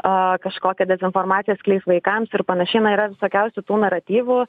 o kažkokia dezinformacija skleis vaikams ir panašiai na yra visokiausių tų naratyvų